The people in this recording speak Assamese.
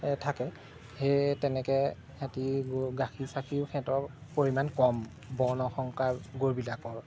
থাকে তেনেকে সিহেঁতি গাখীৰ চাখীৰো সেহেঁতৰ পৰিমাণ ক'ম বৰ্ণ সংকাৰ গৰুবিলাকৰ